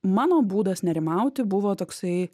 mano būdas nerimauti buvo toksai